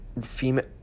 female